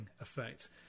effect